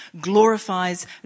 glorifies